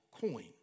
coin